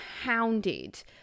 hounded